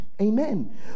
Amen